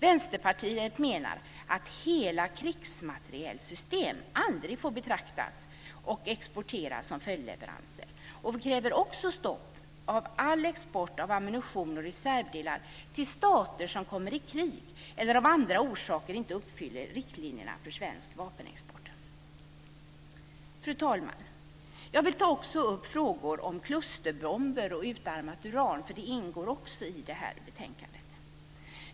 Vänsterpartiet menar att hela krigsmaterielsystem aldrig får betraktas och exporteras som följdleveranser. Vi kräver också stopp av all export av ammunition och reservdelar till stater som kommer i krig eller av andra orsaker inte uppfyller riktlinjerna för svensk vapenexport. Fru talman! Jag vill också ta upp frågor om klusterbomber och utarmat uran, för de ingår också i det här betänkandet.